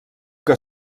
que